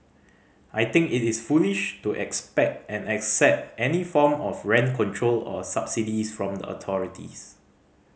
I think it is foolish to expect and accept any form of rent control or subsidies from the authorities